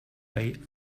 way